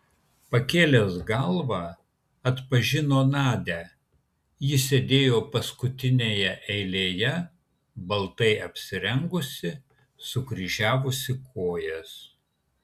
pakėlęs galvą atpažino nadią ji sėdėjo paskutinėje eilėje baltai apsirengusi sukryžiavusi kojas